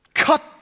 cut